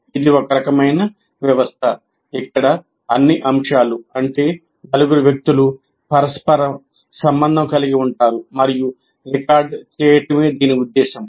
ఇది ఒక రకమైన వ్యవస్థ ఇక్కడ అన్ని అంశాలు అంటే నలుగురు వ్యక్తులు పరస్పరం సంబంధం కలిగి ఉంటారు మరియు రికార్డ్ చేయడమే దీని ఉద్దేశ్యం